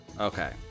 Okay